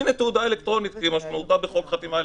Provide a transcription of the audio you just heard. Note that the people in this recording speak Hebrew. הינה תעודה אלקטרונית לפי חוק חתימה אלקטרונית.